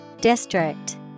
District